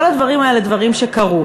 כל הדברים האלה הם דברים שקרו.